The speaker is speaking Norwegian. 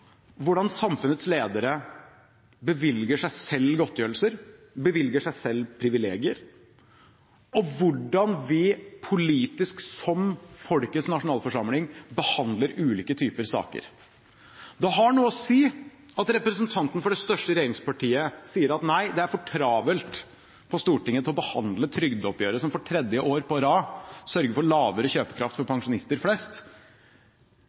hvordan samfunnets ledere bevilger seg selv godtgjørelser og privilegier, og hvordan vi politisk som folkets nasjonalforsamling behandler ulike typer saker. Det har noe å si at representanten for det største regjeringspartiet sier at nei, det er for travelt på Stortinget til å behandle trygdeoppgjøret, som for tredje år på rad sørger for lavere kjøpekraft for pensjonister flest.